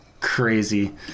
crazy